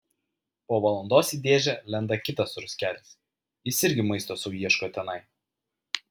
po valandos į dėžę lenda kitas ruskelis jis irgi maisto sau ieško tenai